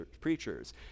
Preachers